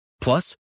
Plus